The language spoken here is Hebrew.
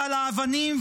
ועל האבנים -- תודה רבה.